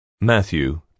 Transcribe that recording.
Matthew